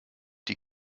die